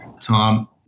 Tom